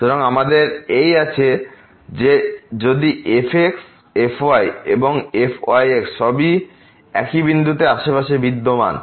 সুতরাং আমাদের এই আছে সময় দেখুন 1402 যদি fx fy এবং fyx সবই এই বিন্দুর আশেপাশে বিদ্যমান